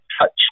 touch